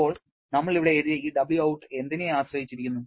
ഇപ്പോൾ നമ്മൾ ഇവിടെ എഴുതിയ ഈ Wout എന്തിനെ ആശ്രയിച്ചിരിക്കുന്നു